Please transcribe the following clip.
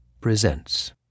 presents